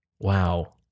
wow